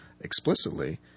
explicitly